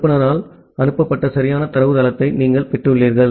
அனுப்புநரால் அனுப்பப்பட்ட சரியான தரவுத்தளத்தை நீங்கள் பெற்றுள்ளீர்கள்